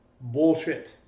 Bullshit